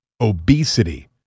obesity